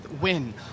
win